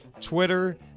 twitter